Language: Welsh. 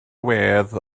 wedd